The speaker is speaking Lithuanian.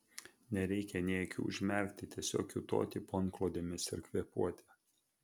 nereikia nė akių užmerkti tiesiog kiūtoti po antklodėmis ir kvėpuoti